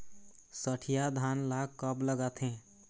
सठिया धान ला कब लगाथें?